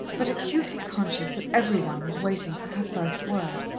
but acutely conscious that every one was waiting for her first word.